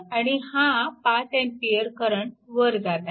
आणि हा 5A current वर जात आहे